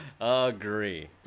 Agree